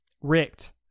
Ricked